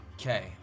Okay